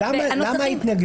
למה ההתנגדות